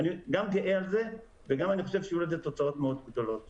אני גאה על זה ואני גם חושב שיהיו לזה תוצאות גדולות מאוד.